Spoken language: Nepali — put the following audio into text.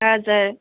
हजुर